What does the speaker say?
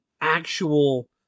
actual